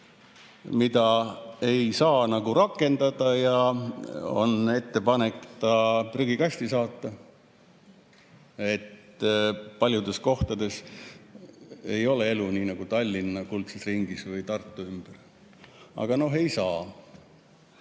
seda ei saa rakendada ja on ettepanek ta prügikasti saata. Aga paljudes kohtades ei ole elu nii nagu Tallinna kuldses ringis või Tartu ümber. Ent [toetada] ei saa.